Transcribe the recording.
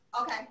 okay